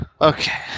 Okay